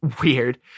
weird